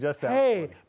hey